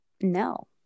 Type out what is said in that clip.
No